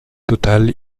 total